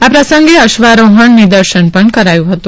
આ પ્રસંગે અશ્વારોહણ નિદર્શન પણ કરાયું હતું